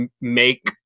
make